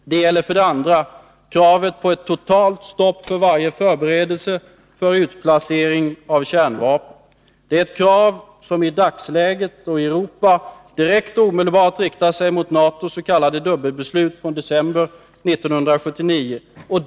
Det gäller för det andra kravet på ett totalt stopp för varje förberedelse för utplacering av nya kärnvapen. Det är ett krav som i dagsläget i Europa direkt och omedelbart riktar sig mot NATO:s s.k. dubbelbeslut från december 1979.